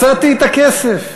מצאתי את הכסף.